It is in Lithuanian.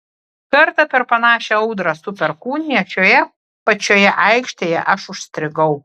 kartą per panašią audrą su perkūnija šioje pačioje aikštėje aš užstrigau